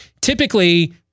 Typically